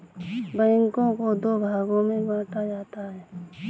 बैंकों को दो भागों मे बांटा जाता है